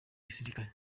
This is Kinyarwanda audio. gisirikare